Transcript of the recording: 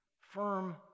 firm